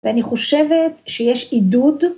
‫ואני חושבת שיש עידוד.